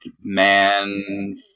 man